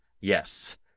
Yes